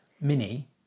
Mini